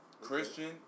Christian